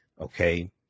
Okay